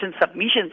submissions